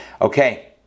Okay